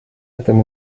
этом